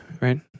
right